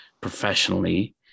professionally